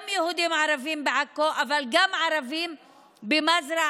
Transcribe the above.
גם יהודים וערבים בעכו אבל גם ערבים במזרעה